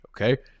okay